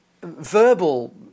verbal